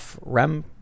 rem